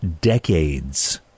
decades